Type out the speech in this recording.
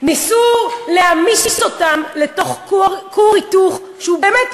ניסו להמס אותם בתוך כור היתוך שבאמת,